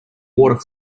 water